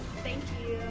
thank you.